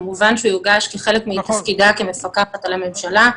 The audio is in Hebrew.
כמובן שהוא יוגש כחלק מתפקידה כמפקחת על הממשלה.